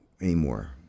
anymore